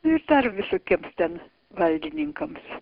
ir dar visokiems ten valdininkams